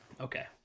okay